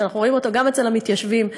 שאנחנו רואים אותו גם אצל המתיישבים בעמונה,